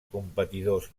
competidors